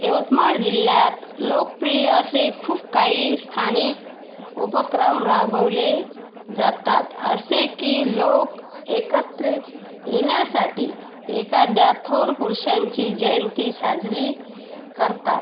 यवतमाळ जिल्ह्यात लोकप्रिय असे खूप काही स्थानिक उपक्रम राबवले जातात असे की लोक एकत्रित येण्यासाठी एखाद्या थोर पुरुषाची जयंती साजरी करतात